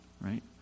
right